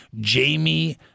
Jamie